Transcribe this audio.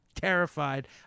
terrified